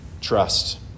trust